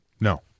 no